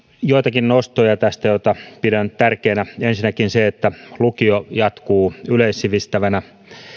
joitakin nostoja joita pidän tärkeinä ensinnäkin se että lukio jatkuu yleissivistävänä